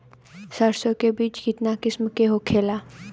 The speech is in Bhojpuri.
सरसो के बिज कितना किस्म के होखे ला?